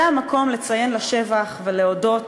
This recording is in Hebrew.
זה המקום לציין לשבח ולהודות